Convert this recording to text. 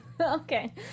Okay